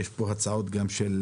יש פה הצעות גם מצד